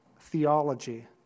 theology